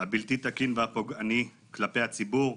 הבלתי תקין והפוגעני כלפי הציבור.